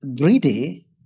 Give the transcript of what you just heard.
greedy